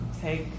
Take